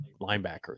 linebacker